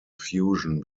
fusion